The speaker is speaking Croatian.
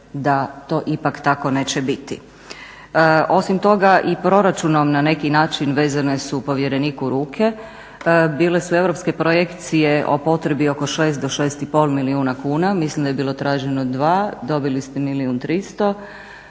da to ipak tako neće biti. Osim toga i proračunom na neki način vezane su povjereniku ruke. Bile su europske projekcije o potrebi oko 6 do 6,5 milijuna kuna, mislim da je bilo traženo 2, dobili ste milijun